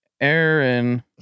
Aaron